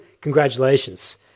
Congratulations